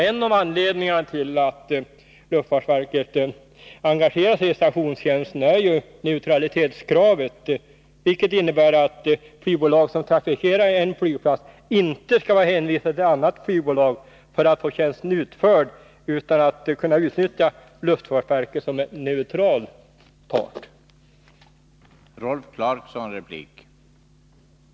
En av anledningarna till att luftfartsverket har engagerat sig i stationstjänsten är neutralitetskravet, vilket innebär att flygbolag som trafikerar en flygplats inte skall vara hänvisat till ett annat flygbolag för att få tjänsten utförd, utan skall kunna utnyttja luftfartsverket som en neutral part.